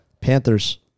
Panthers